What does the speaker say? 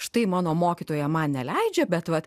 štai mano mokytoja man neleidžia bet vat